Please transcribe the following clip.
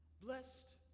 Blessed